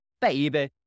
baby